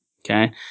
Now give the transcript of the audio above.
Okay